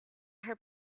her